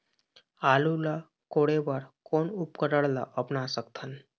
आलू ला कोड़े बर कोन उपकरण ला अपना सकथन?